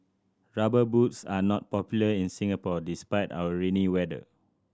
Rubber Boots are not popular in Singapore despite our rainy weather